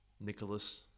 Nicholas